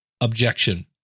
objection